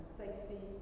safety